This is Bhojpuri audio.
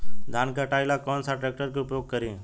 धान के कटाई ला कौन सा ट्रैक्टर के उपयोग करी?